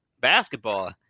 basketball